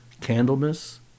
Candlemas